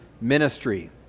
ministry